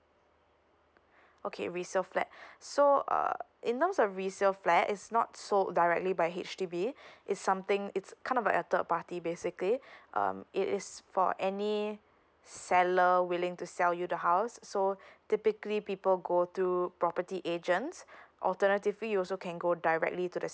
okay resale flat so err in terms of resale flat is not so directly by H_D_B it's something it's kind of like a third party basically um it is for any seller willing to sell you the house so typically people go through property agent alternatively you also can go directly to the